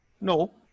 No